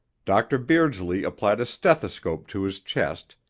dr. beardsley applied a stethoscope to his chest,